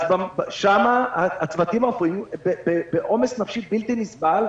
שם הצוותים הרפואיים נמצאים בעומס נפשי בלתי נסבל.